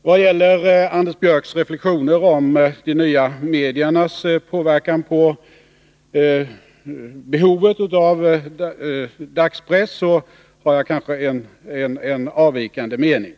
När det gäller Anders Björcks reflexioner om de nya mediernas inverkan på behovet av dagspress har jag kanske en avvikande mening.